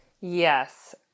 Yes